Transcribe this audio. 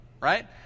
right